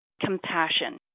compassion